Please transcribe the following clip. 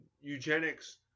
eugenics